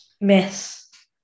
Miss